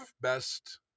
Best